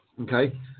okay